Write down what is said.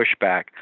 pushback